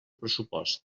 pressupost